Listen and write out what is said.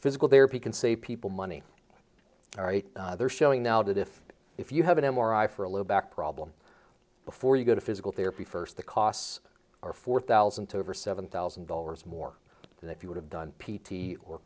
physical therapy can save people money all right they're showing now that if if you have an m r i for a little back problem before you go to physical therapy first the costs are four thousand to over seven thousand dollars more than if you would have done p t or